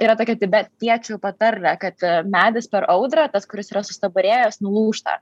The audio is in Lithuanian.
yra tokia tibetiečių patarlė kad medis per audrą tas kuris yra sustabarėjęs nulūžta